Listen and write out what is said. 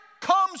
comes